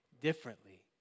differently